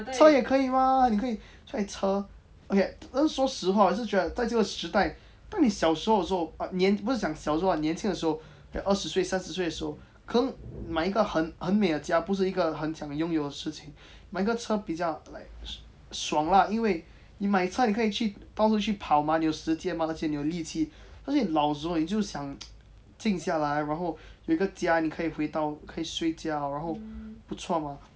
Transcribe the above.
啊车也可以吗你可以晒车 okay 但是说实话我是觉得在这个时代当你小时候的时候啊年不是讲小的时候年轻的时候 like 二十岁三十岁的时候可能买一个很很美的家不是一个很想拥有的事情买一个车比较 like 爽啦因为你买菜可以去到处去跑吗你有时间吗而且你有力气但是你老时候你就想 静下来然后有一个家你可以回到可以睡觉然后不错吗